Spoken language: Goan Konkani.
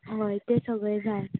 हय तें सगळें जाय